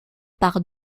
par